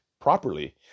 properly